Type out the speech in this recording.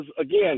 again